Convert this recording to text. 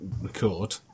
record